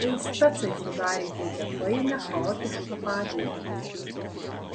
tai specai sudarė tokią painią chaotišką padėtį